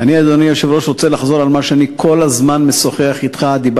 אני רוצה לחזור על מה שאני כל הזמן משוחח אתך עליו,